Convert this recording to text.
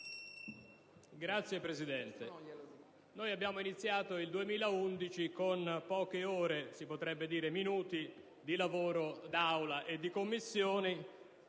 noi abbiamo iniziato il 2011 con poche ore, si potrebbe dire minuti, di lavoro d'Aula e di Commissione,